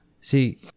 See